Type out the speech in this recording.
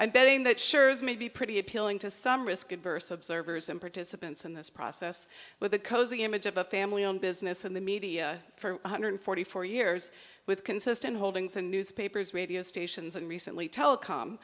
i'm betting that sures may be pretty appealing to some risk averse observers and participants in this process with the cozy image of a family owned business and the media for one hundred forty four years with consistent holdings in newspapers radio stations and recently telecom